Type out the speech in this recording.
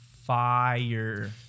Fire